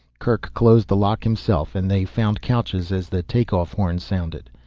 kerk closed the lock himself and they found couches as the take-off horn sounded.